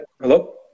hello